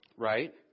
Right